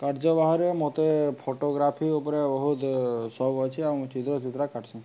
କାର୍ଯ୍ୟ ବାହାରେ ମତେ ଫଟୋଗ୍ରାଫି ଉପରେ ବହୁତ ସଉକ ଅଛି ଆଉ ମୁଁ ଚିତ୍ର ଚିତ୍ର କାଟ୍ସି